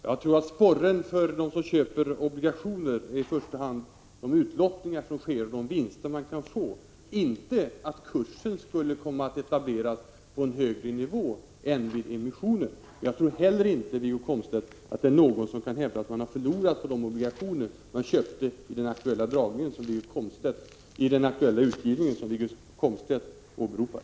Fru talman! Jag tror att sporren för dem som köper obligationer i första hand är de vinster man kan få vid utlottningar, inte att kursen kan komma att etableras på en högre nivå än vid emission. Jag tror heller inte, Wiggo Komstedt, att det är någon som kan påstå sig ha förlorat på de obligationer man köpt i den aktuella utgivning som Wiggo Komstedt åberopar.